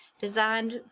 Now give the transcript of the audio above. designed